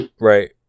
Right